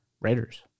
Raiders